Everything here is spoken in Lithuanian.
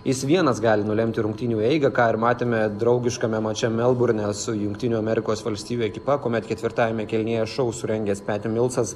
jis vienas gali nulemti rungtynių eigą ką ir matėme draugiškame mače melburne su jungtinių amerikos valstijų ekipa kuomet ketvirtajame kėlinyje šou surengęs peti milsas